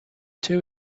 two